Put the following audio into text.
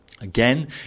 Again